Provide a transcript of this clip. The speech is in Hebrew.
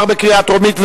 התשע"א 2010,